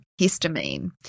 histamine